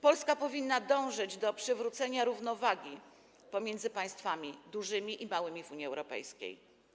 Polska powinna dążyć do przywrócenia równowagi pomiędzy państwami dużymi i małymi w Unii Europejskiej.